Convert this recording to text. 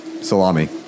salami